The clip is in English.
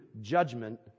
judgment